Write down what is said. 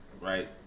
Right